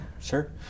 sure